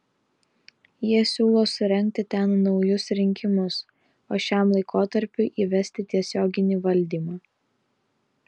jie siūlo surengti ten naujus rinkimus o šiam laikotarpiui įvesti tiesioginį valdymą